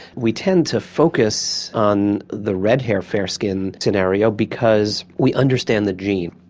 we tend to focus on the red hair, fair skin scenario because we understand the gene.